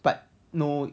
but no